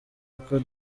uko